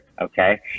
okay